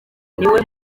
niwe